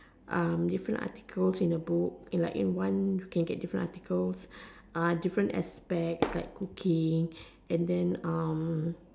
different articles in a book in like one you can get different articles different aspects like cooking and then